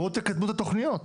בואו תקדמו את התוכניות.